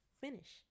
finish